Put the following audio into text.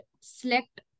select